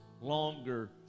longer